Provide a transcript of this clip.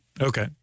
okay